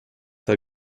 war